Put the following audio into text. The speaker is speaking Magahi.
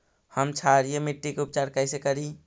हम क्षारीय मिट्टी के उपचार कैसे करी?